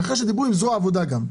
ואחרי שדיברו עם זרוע העבודה גם,